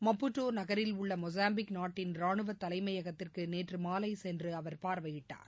மப்புட்டோநகரில் உள்ளமொசாம்பிக் நாட்டின் ரானுவதலைமையகத்திற்குநேற்றுமாலைசென்றுஅவர் பார்வையிட்டார்